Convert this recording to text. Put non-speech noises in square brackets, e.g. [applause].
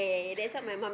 [laughs]